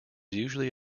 usually